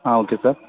ಹಾಂ okay sir